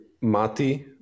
Mati